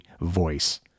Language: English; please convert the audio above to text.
voice